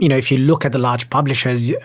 you know if you look at the large publishers, yeah